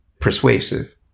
persuasive